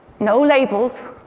no labels.